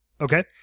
Okay